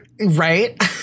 right